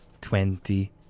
twenty